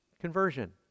Conversion